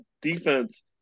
defense